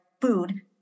food